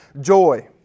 joy